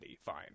fine